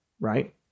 Right